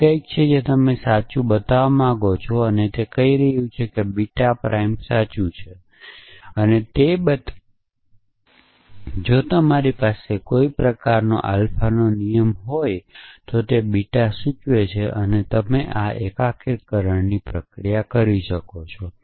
તે કંઈક છે જે તમે સાચું બતાવવા માંગો છો અને આ તે કહી રહ્યું છે કે બીટા પ્રાઇમ સાચું છે તે બતાવવા માટે જો તમારી પાસે કોઈ પ્રકારનો આલ્ફાનો નિયમ હોય તો બીટા સૂચવે છે અને તમે આ એકીકરણ પ્રક્રિયા કરી શકો છો